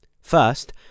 First